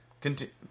Continue